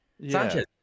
Sanchez